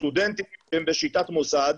סטודנטים שהם בשליטת מוסד,